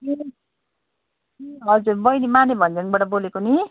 ए हजुर बैनी माने भन्ज्याङबाट बोलेको नि